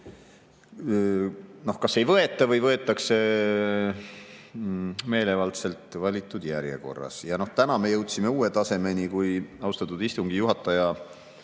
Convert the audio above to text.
kas ei võeta või võetakse meelevaldselt valitud järjekorras. Täna me jõudsime uue tasemeni, kui austatud istungi juhataja